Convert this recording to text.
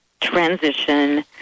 transition